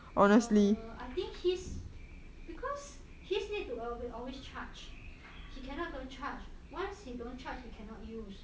err I think his because his need to always charge he cannot don't charge once he don't charge he cannot use